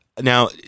Now